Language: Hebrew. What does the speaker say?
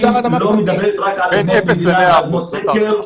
היא לא מדברת רק על אדמות מדינה או אדמות סקר.